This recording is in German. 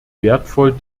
wertvoll